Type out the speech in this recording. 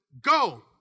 go